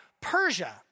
Persia